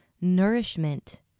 nourishment